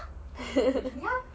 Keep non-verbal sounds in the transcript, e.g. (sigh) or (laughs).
(laughs)